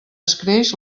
escreix